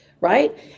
right